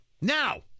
Now